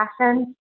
passion